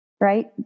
right